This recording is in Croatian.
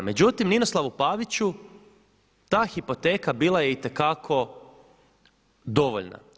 Međutim, Ninoslavu Paviću ta hipoteka bila je itekako dovoljna.